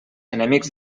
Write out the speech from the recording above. enemics